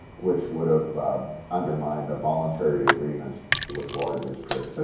which would have undermined the voluntary agreements with water districts.